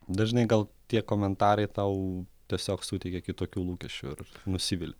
dažnai gal tie komentarai tau tiesiog suteikia kitokių lūkesčių ir nusivili